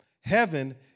Heaven